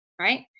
right